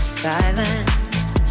silence